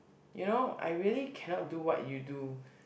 you know I really cannot do what you do